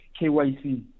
KYC